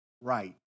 right